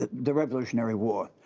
the revolutionary war.